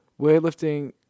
weightlifting